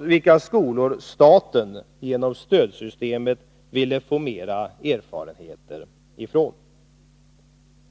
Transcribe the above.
vilka skolor staten genom stödsystemet ville få mera erfarenheter ifrån.